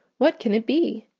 what can it be?